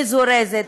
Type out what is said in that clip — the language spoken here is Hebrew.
מזורזת,